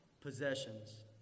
possessions